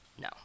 No